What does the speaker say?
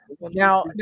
now